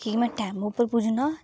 कि में टैमै उप्पर पुज्जना